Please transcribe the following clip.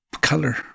color